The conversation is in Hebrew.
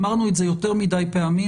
אמרנו את זה יותר מדי פעמים,